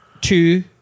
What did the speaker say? two